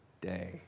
day